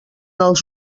els